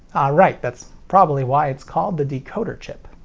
ah right, that's probably why it's called the decoder chip.